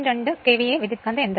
2 KVA transformer